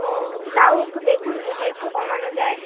ও তাও একটু দেখুন যদি একটু কমানো যায়